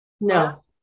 No